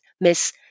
Miss